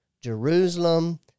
Jerusalem